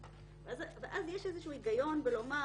ואז יש איזשהו היגיון לומר: